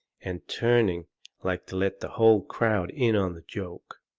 and turning like to let the whole crowd in on the joke,